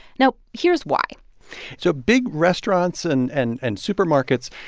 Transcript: now, here's why so big restaurants and and and supermarkets,